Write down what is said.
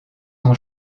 son